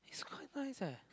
it's quite nice eh